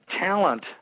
talent